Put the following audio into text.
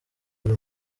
buri